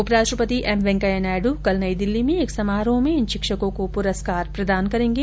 उपराष्ट्रपति ऐम वैंकेया नायडू कल नई दिल्ली में एक समारोह में इन शिक्षकों को पुरस्कार प्रदान करेंगे